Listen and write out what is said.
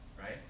right